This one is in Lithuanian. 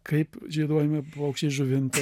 kaip žieduojami paukščiai žuvinto